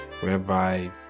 whereby